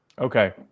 Okay